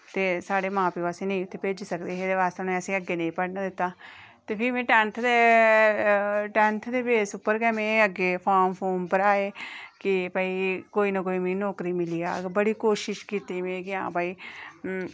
ते साढ़े मां प्यो असेंगी दूर नेईं भेजी सकदे हे बस उ'नें असेंगी अग्गै नेईं पढ़ना दित्ता ते भी में टैन्थ दे टैन्थ दे बेस उप्पर गै में अग्गै फॉर्म भराए कि भाई कोई ना कोई मिगी नौकरी मिली जाह्ग बड़ी कोशिश कीती में की आं भाई